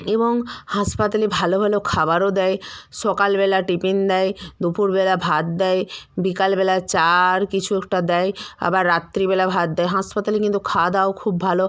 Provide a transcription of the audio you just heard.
এবং হাসপাতালে ভালো ভালো খাবারও দেয় সকালবেলা টিফিন দেয় দুপুরবেলা ভাত দেয় বিকালবেলায় চা আর কিছু একটা দেয় আবার রাত্রিবেলা ভাত দেয় হাসপাতালে কিন্তু খাওয়া দাওয়াও খুব ভালো